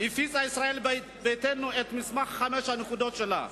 הפיצה ישראל ביתנו את מסמך חמש הנקודות שלה,